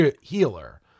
Healer